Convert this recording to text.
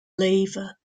lever